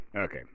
Okay